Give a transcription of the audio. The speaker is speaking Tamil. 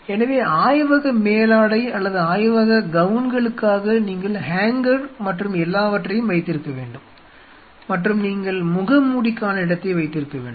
எனவே ஆய்வக மேலாடை அல்லது ஆய்வக கவுன்களுக்காக நீங்கள் ஹேங்கர் மற்றும் எல்லாவற்றையும் வைத்திருக்க வேண்டும் மற்றும் நீங்கள் முகமூடிக்கான இடத்தை வைத்திருக்க வேண்டும்